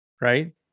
right